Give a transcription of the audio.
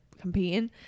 competing